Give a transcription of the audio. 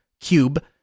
cube